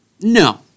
No